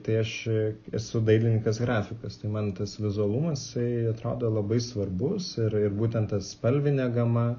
tai aš esu dailininkas grafikas tai man tas vizualumas jisai atrodo labai svarbus ir ir būtent ta spalvinė gama